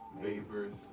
vapors